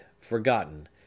forgotten